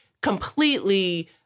completely